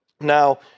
Now